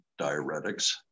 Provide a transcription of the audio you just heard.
diuretics